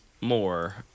more